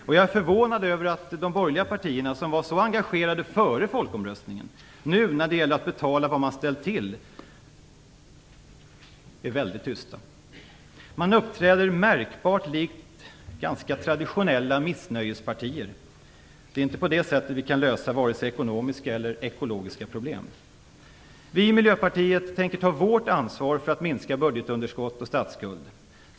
Och jag är förvånad över att de borgerliga partierna - som var så engagerade före folkomröstningen - nu, när det gäller att betala vad man ställt till, är väldigt tysta. Man uppträder märkbart likt ganska traditionella missnöjespartier. Det är inte på det sättet vi kan lösa vare sig ekonomiska eller ekologiska problem. Vi i Miljöpartiet tänker ta vårt ansvar för att minska budgetunderskott och statsskuld.